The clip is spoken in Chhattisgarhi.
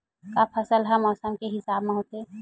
का फसल ह मौसम के हिसाब म होथे?